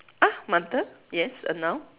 ah mother yes a noun